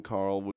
Carl